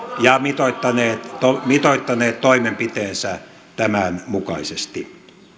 ja mitoittaneet mitoittaneet toimenpiteensä tämän mukaisesti